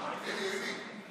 על תעיר אותנו יותר מזה,